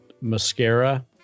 mascara